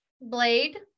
Blade